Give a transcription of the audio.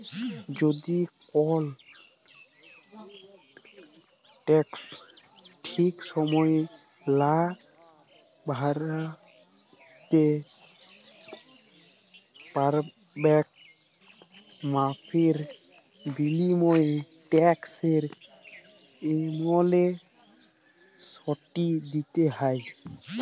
যদি কল টেকস ঠিক সময়ে লা ভ্যরতে প্যারবেক মাফীর বিলীময়ে টেকস এমলেসটি দ্যিতে হ্যয়